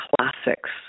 Classics